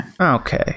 Okay